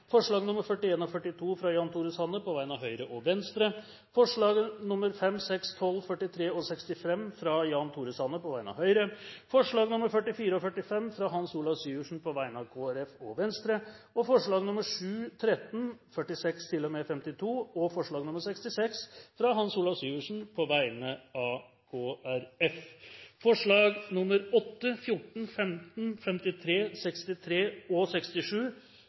forslag nr. 27, fra Jan Tore Sanner på vegne av Høyre og Venstre forslagene nr. 28–39, fra Jan Tore Sanner på vegne av Høyre forslagene nr. 40–42, fra Hans Olav Syversen på vegne av Kristelig Folkeparti og Venstre forslagene nr. 43–50, fra Hans Olav Syversen på vegne av